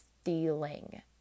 stealing